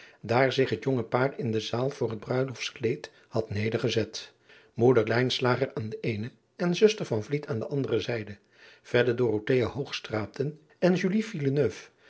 daar zich het jonge paar in de zaal voor het ruilostskleed had nedergezet oeder aan de eene en zuster aan de andere zijde verder en terwijl en